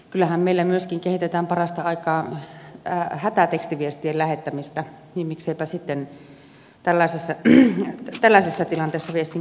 kyllähän meillä myöskin kehitetään parastaikaa hätätekstiviestien lähettämistä niin että mikseipä sitten tällaisessa tilanteessa viestin käyttämistä